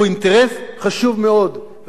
חברי הכנסת,